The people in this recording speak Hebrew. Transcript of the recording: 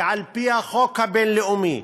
ועל-פי החוק הבין-לאומי,